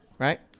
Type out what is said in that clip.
Right